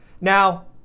Now